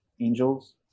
angels